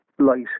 Light